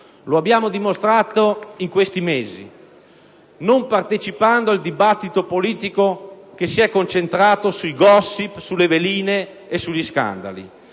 Lo abbiamo dimostrato in questi mesi non partecipando al dibattito politico che si è concentrato sui *gossip*, sulle veline e sugli scandali.